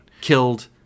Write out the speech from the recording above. Killed